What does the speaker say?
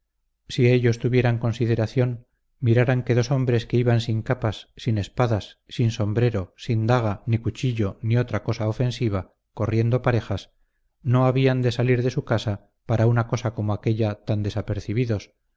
si ellos tuvieran consideración miraran que dos hombres que iban sin capas sin espadas sin sombrero sin daga ni cuchillo ni otra cosa ofensiva corriendo parejas no habían de salir de su casa para una cosa como aquella tan desapercibidos